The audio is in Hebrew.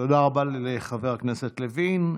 תודה רבה לחבר הכנסת לוין.